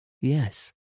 Yes